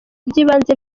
by’ibanze